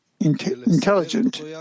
intelligent